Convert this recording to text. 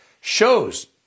shows